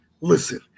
listen